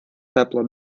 тепла